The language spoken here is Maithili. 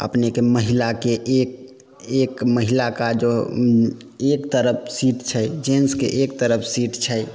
अपनेके महिलाके एक एक महिलाके जो एक तरफ सीट छै जेन्सके एक तरफ सीट छै